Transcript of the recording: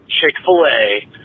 Chick-fil-A